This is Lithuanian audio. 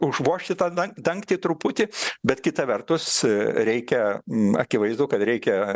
užvožti tą da dangtį truputį bet kita vertus reikia akivaizdu kad reikia